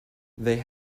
they